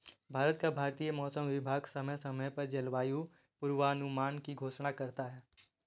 भारत का भारतीय मौसम विभाग समय समय पर जलवायु पूर्वानुमान की घोषणा करता है